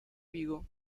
vigo